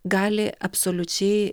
gali absoliučiai